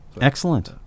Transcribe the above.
Excellent